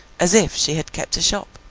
as if she had kept a shop.